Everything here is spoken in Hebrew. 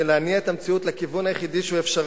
להניע את המציאות לכיוון היחידי שהוא אפשרי,